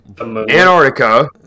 Antarctica